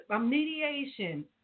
mediation